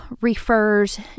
refers